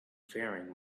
faring